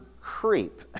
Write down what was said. creep